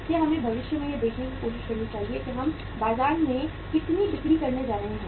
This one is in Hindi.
इसलिए हमें भविष्य में यह देखने की कोशिश करनी चाहिए कि हम बाजार में कितनी बिक्री करने जा रहे हैं